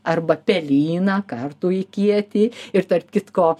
arba pelyną kartųjį kietį ir tarp kitko